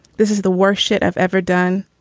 this is the worst shit i've ever done.